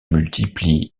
multiplie